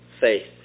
faith